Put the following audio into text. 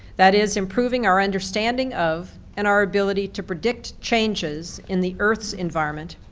that is, improving our understanding of and our ability to predict changes in the earth's environment,